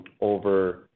over